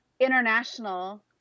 international